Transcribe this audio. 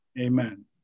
Amen